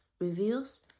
reviews